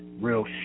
real